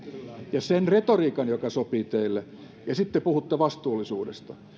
ja sen retoriikan joka sopii teille ja sitten te puhutte vastuullisuudesta